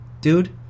dude